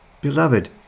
Beloved